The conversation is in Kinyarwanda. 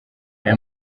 aya